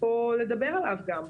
פה לדבר עליו גם.